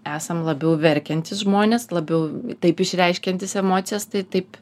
esam labiau verkiantys žmonės labiau taip išreiškiantys emocijas tai taip